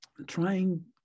trying